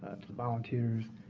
to volunteers,